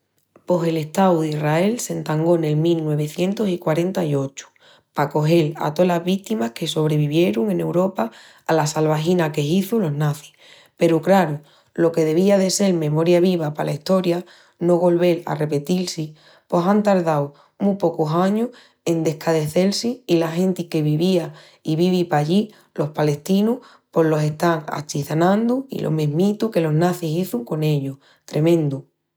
Pos el Estau d'Israel s'entangó nel mil nuevecientus i quarenta-i-ochu pa acogel a tolas vítimas que sobrevivierun en Uropa ala salvagina que hizu los nazis. Peru, craru, lo que devía de sel memoria viva pala Estoria no golvel a repetil-si, pos án tardau mu pocus añus en descadecel-si, i la genti que vivía i vivi pallí, los palestinus, pos los están achacinandu lo mesmitu que los nazis hizun con ellus. Tremendu!